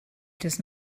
does